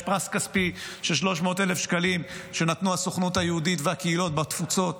יש פרס כספי של 300,000 שקלים שנתנו הסוכנות היהודית והקהילות בתפוצות